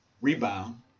rebound